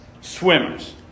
swimmers